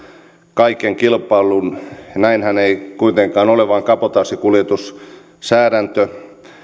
kaiken kilpailun näinhän ei kuitenkaan ole vaan kabotaasikuljetussäädäntö